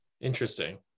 interesting